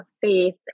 faith